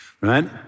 right